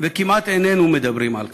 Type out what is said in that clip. וכמעט איננו מדברים על כך.